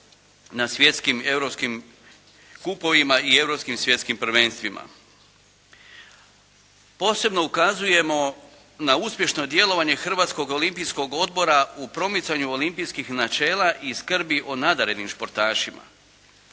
na svjetskim i europskim KUP-ovima i europskim i svjetskim prvenstvima. Posebno ukazujemo na uspješno djelovanje Hrvatskog olimpijskog odbora u promicanju olimpijskog načela i skrbi o nadarenim športašima.